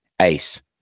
Ace